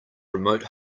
remote